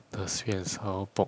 the sweet and sour pork